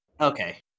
Okay